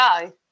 go